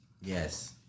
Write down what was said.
Yes